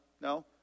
no